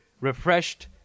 refreshed